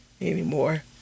Anymore